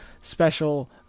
special